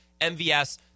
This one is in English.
MVS